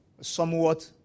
somewhat